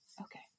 Okay